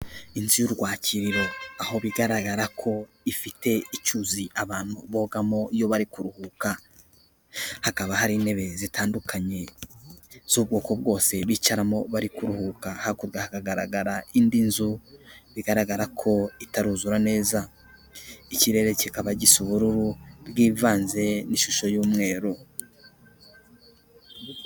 Inzu y'urwakiririro, aho bigaragara ko ifite icyuzi abantu bogamo iyo bari kuruhuka, hakaba hari intebe zitandukanye z'ubwoko bwose bicaramo bari kuruhuka, hakurya hakagaragara indi nzu bigaragara ko itaruzura neza, ikirere kikaba gisa ubururu bwivanze n'ishusho y'umweru.